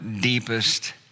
deepest